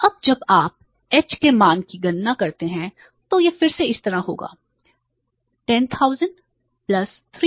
अब जब आप h के मान की गणना करते हैं तो यह फिर से इस तरह होगा 10000 3z